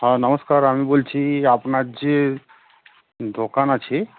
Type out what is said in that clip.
হ্যাঁ নমস্কার আমি বলছি আপনার যে দোকান আছে